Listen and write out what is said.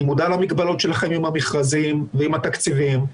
אני מודע למגבלות שלכם עם המכרזים ועם התקציבים.